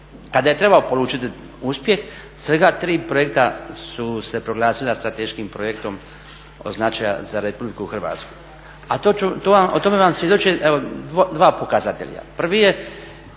kada je trebao polučiti uspjeh svega tri projekta su se proglasila strateškim projektom od značaja za RH. A o tome vam svjedoče dva pokazatelja. Prvi je